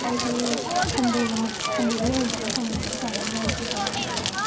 ꯑꯩꯁꯦ ꯁꯟꯗꯦꯃꯨꯛ ꯁꯟꯗꯦꯗ ꯑꯣꯏꯅ ꯆꯠꯂ ꯁꯟꯗꯦꯗꯗꯤ ꯁꯪꯉꯝꯒꯅꯤ ꯅꯪꯁꯨ ꯊꯕꯛ ꯆꯤꯜꯂꯝꯒꯅꯤ